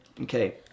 Okay